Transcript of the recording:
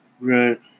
Right